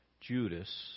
Judas